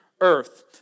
earth